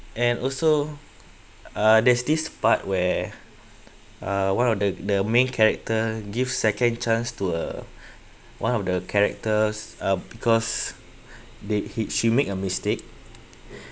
and also uh there's this part where uh one of the the main character give second chance to uh one of the characters uh because they he she make a mistake